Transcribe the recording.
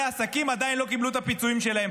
עסקים עדיין לא קיבלו את הפיצויים שלהם.